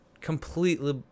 completely